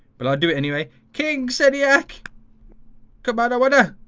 but i do it anyway king steady ak good by the water